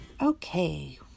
Okay